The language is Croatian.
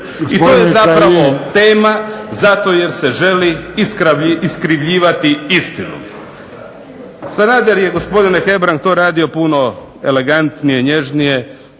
I to je zapravo tema, zato jer se želi iskrivljivati istinu. Sanader je gospodin Hebrang radio to puno elegantnije, nježnije,